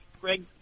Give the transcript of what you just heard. Greg